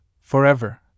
forever